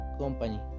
company